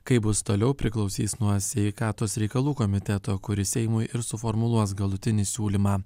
kaip bus toliau priklausys nuo sveikatos reikalų komiteto kuris seimui ir suformuluos galutinį siūlymą